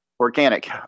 Organic